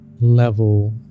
level